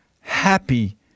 happy